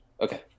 Okay